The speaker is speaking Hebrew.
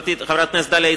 חברתי חברת הכנסת דליה איציק,